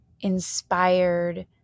inspired